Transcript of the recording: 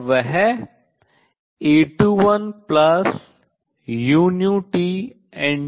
और वह A21 uTN2B21 uTN1B12 होगा